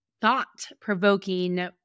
thought-provoking